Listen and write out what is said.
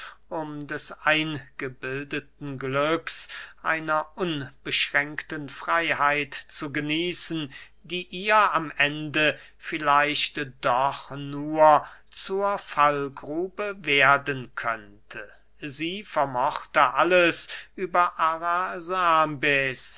um des eingebildeten glücks einer unbeschränkten freyheit zu genießen die ihr am ende vielleicht doch nur zur fallgrube werden könnte sie vermochte alles über